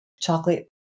chocolate